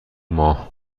ماه